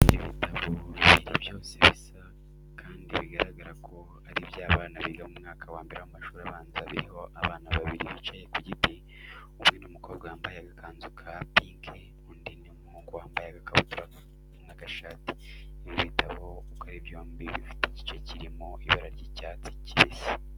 Ibitabo bibiri byose bisa kandi bigaragara ko ari iby'abana biga mu mwaka wa mbere w'amashuri abanza biriho abana babiri bicaye ku giti, umwe ni umukobwa wambaye agakanzu ka pinki, undi ni umuhungu wambaye agakabutura n'agashati. Ibi bitabo uko ari byombi bifite igice kirimo ibara ry'icyatsi kibisi.